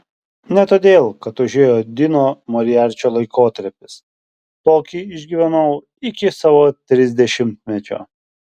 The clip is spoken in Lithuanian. ne todėl kad užėjo dino moriarčio laikotarpis tokį išgyvenau iki savo trisdešimtmečio